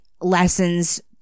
lessons